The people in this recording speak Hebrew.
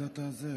עמדת השרה.